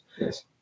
Yes